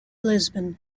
lisbon